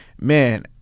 Man